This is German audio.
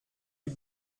die